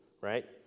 right